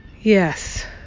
Yes